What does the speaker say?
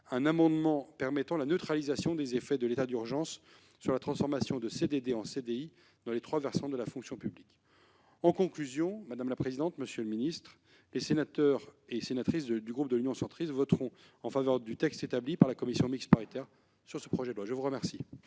un amendement ayant pour objet de neutraliser les effets de l'état d'urgence sur la transformation de CDD en CDI dans les trois versants de la fonction publique. En conclusion, madame la présidente, monsieur le ministre, les sénateurs et sénatrices du groupe Union Centriste voteront en faveur du texte établi par la commission mixte paritaire sur ce projet de loi. La parole